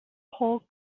whole